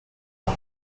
not